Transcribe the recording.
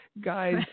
guys